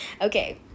Okay